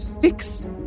fix